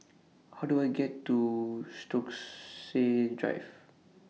How Do I get to Stokesay Drive